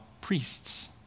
priests